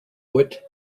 wit